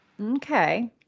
Okay